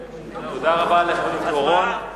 תודה רבה לחבר הכנסת חיים אורון.